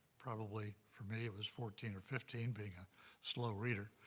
probably for me it was fourteen or fifteen, being a slow reader,